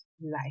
life